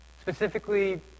specifically